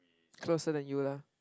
closer than you lah